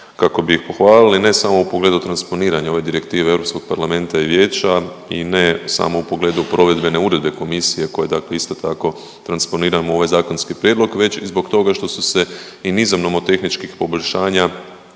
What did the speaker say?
kako bi ih pohvalili ne samo u pogledu transponiranja ove direktive Europskog parlamenta i vijeća i ne samo u pogledu provedbene uredbe komisije koja dakle isto tako transponiramo u ovaj zakonski prijedlog već i zbog toga što su se i nizom nomotehničkih poboljšanja